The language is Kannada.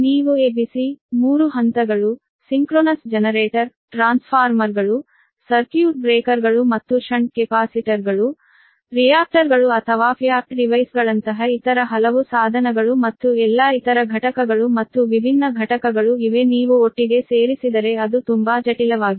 ನೀವು a b c 3 ಹಂತಗಳು ಸಿಂಕ್ರೊನಸ್ ಜನರೇಟರ್ ಟ್ರಾನ್ಸ್ಫಾರ್ಮರ್ಗಳು ಸರ್ಕ್ಯೂಟ್ ಬ್ರೇಕರ್ಗಳು ಮತ್ತು ಷಂಟ್ ಕೆಪಾಸಿಟರ್ಗಳು ರಿಯಾಕ್ಟರ್ಗಳು ಅಥವಾ ಫ್ಯಾಕ್ಟ್ ಡಿವೈಸ್ಗಳಂತಹ ಇತರ ಹಲವು ಸಾಧನಗಳು ಮತ್ತು ಎಲ್ಲಾ ಇತರ ಘಟಕಗಳು ಮತ್ತು ವಿಭಿನ್ನ ಘಟಕಗಳು ಇವೆ ನೀವು ಒಟ್ಟಿಗೆ ಸೇರಿಸಿದರೆ ಅದು ತುಂಬಾ ಜಟಿಲವಾಗಿದೆ